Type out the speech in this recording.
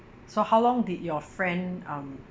so how long did your friend um